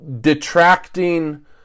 detracting